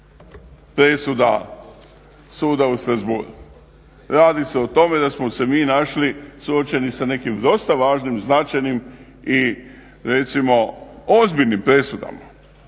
presuda suda u Strasbouru. Radi se o tome da smo se mi našli suočeni sa nekim dosta važnim i značajnim i recimo ozbiljnim presudama,